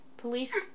Police